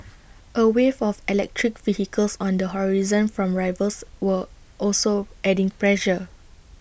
A wave of electric vehicles on the horizon from rivals were also adding pressure